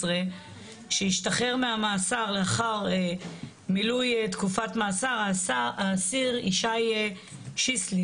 שהשתחרר מהמאסר לאחר מילוי תקופת מאסר האסיר ישי שיסל,